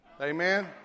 Amen